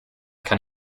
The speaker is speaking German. kann